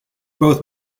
both